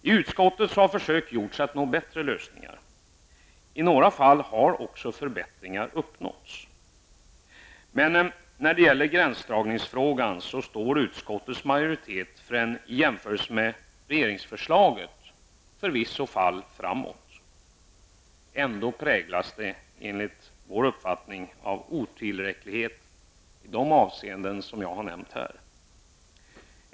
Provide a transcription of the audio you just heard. I utskottet har försök gjorts att nå bättre lösningar. I några fall har förbättringar uppnåtts. När det gäller gränsdragningsfrågan står utskottets majoritet för ett i jämförelse med regeringsförslaget fall framåt. Men ändå präglas utskottets förslag enligt vår uppfattning av otillräcklighet i de avseenden som jag har nämnt.